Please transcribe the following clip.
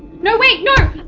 no, wait, no!